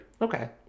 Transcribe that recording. Okay